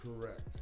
Correct